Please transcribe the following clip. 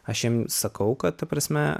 aš jiem sakau kad ta prasme